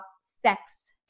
sex